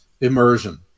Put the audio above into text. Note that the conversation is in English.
immersion